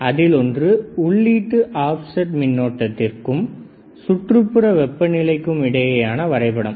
அதில் ஒன்று உள்ளிட்ட ஆப்செட் மின்னோட்டத்திற்கும் சுற்றுப்புற வெப்ப நிலைக்கும் இடையேயான வரைபடம்